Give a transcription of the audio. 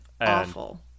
awful